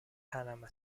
panama